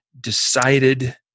decided